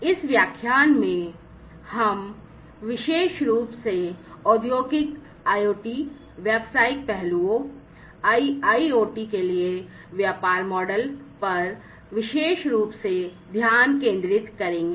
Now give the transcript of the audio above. इस व्याख्यान में हम विशेष रूप से औद्योगिक IoT व्यावसायिक पहलुओं IIoT के लिए व्यापार मॉडल पर विशेष रूप से ध्यान केंद्रित करेंगे